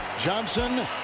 Johnson